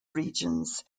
regions